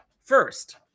First